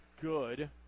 good